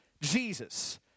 Jesus